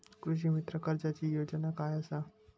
कृषीमित्र कर्जाची योजना काय असा?